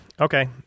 okay